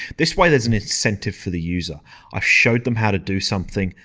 this way there's an incentive for the user i've showed them how to do something,